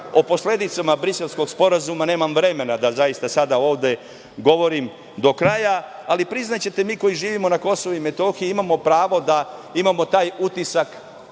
O posledicama Briselskog sporazuma nemam vremena zaista da sada ovde govorim do kraja. Ali, priznaćete, mi koji živimo na Kosovu i Metohiji imamo pravo da imamo taj utisak